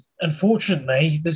unfortunately